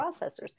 processors